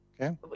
okay